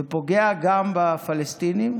ופוגע גם בפלסטינים.